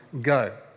go